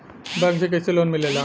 Bank से कइसे loan मिलेला?